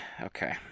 Okay